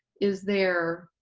is there,